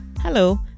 Hello